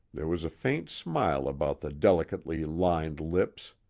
there was a faint smile about the delicately lined lips.